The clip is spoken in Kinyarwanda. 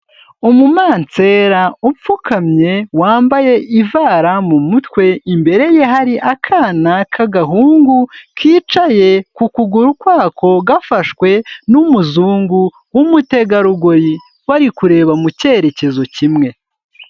Umumansera upfukamye wambaye ivara mu mutwe, imbere ye hari akana k'agahungu kicaye ku kuguru kwako, gafashwe n'umuzungu w'umutegarugori, bari kureba mu cyerekezo kimwe.